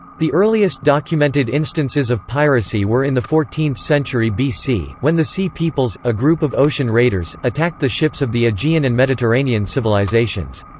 the earliest documented instances of piracy were in the fourteenth century bc, when the sea peoples, a group of ocean raiders, attacked the ships of the aegean and mediterranean civilizations.